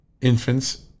infants